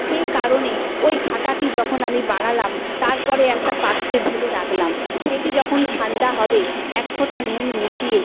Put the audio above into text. সেই কারণে ওই ঘাঁটাটি যখন আমি বানালাম তার পরে একটা পাত্রে ঢেলে রাখলাম সেটি যখন ঠান্ডা হবে এক ফোঁটা নুন মিশিয়ে